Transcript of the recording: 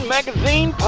Magazine